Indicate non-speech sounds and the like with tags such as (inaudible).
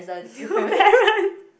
(laughs) new parent